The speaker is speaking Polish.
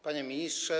Panie Ministrze!